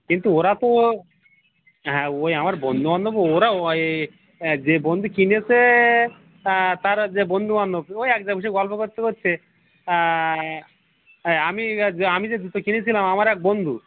কিন্তু ওরা তো হ্যাঁ ওই আমার বন্ধু বান্ধব ওরা ওই যে বন্ধু কিনেছে তার যে বন্ধু বান্ধব ওই এক জায়গায় বসে গল্প করতে করতে আমি যে আমি যে জুতো কিনেছিলাম আমার এক বন্ধু